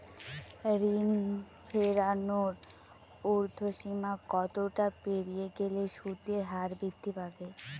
ঋণ ফেরানোর উর্ধ্বসীমা কতটা পেরিয়ে গেলে সুদের হার বৃদ্ধি পাবে?